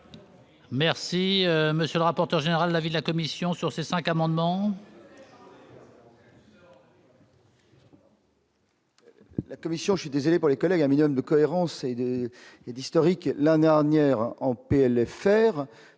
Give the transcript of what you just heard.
Merci, monsieur le rapporteur général l'avis de la Commission sur ces 5 amendements.